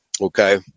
Okay